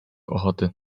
ochoty